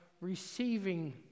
receiving